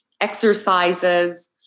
exercises